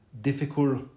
difficult